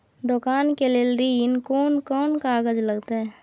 दुकान के लेल ऋण कोन कौन कागज लगतै?